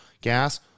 gas